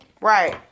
Right